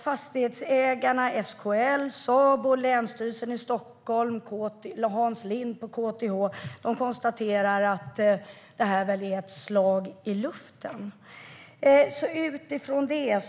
Fastighetsägarna, SKL, Sabo, Länsstyrelsen i Stockholm och Hans Lind på KTH konstaterar att det är ett slag i luften.